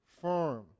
firm